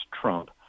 Trump